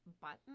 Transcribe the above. button